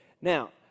Now